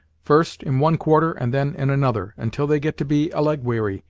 first in one quarter and then in another, until they get to be a-leg-weary,